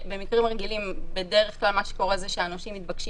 בדרך כלל מה שקורה במקרים רגילים זה שהנושים מתבקשים